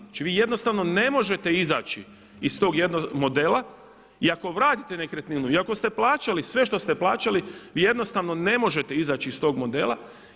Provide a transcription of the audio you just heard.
Znači vi jednostavno ne možete izaći iz tog jednog modela i ako vratite nekretninu i ako ste plaćali sve što ste plaćati vi jednostavno ne možete izaći iz tog modela.